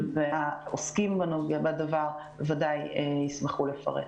והעוסקים בדבר ודאי ישמחו לפרט.